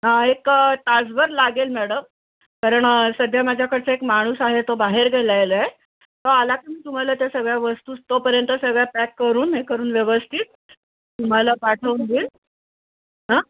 हां एकं तासभर लागेल मॅडम कारण सध्या माझ्याकडचा एक माणूस आहे तो बाहेर गेलाला आहे तो आला का मी तुम्हाला त्या सगळ्या वस्तू तोपर्यंत सगळ्या पॅक करून हे करून व्यवस्थित तुम्हाला पाठवून देईल हां